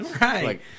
right